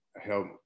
help